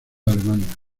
alemania